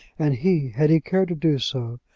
and he, had he cared to do so,